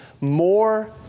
more